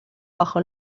bajo